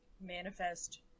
manifest